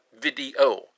video